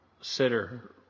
sitter